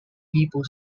depot